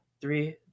Three